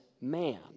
man